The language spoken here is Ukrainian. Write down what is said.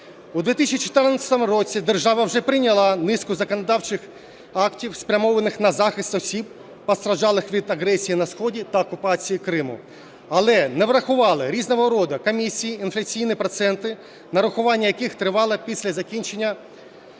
У 2014 році держава вже прийняла низку законодавчих актів, спрямованих на захист осіб, постраждалих від агресії на сході та окупації Криму, але не врахували різного роду комісії, інфляційні проценти, нарахування яких тривало після закінчення строку